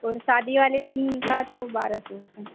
और शादी वाले दिन का तो बारह सौ रुपये